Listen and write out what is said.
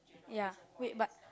ya wait but